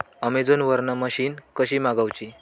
Amazon वरन machine कशी मागवची?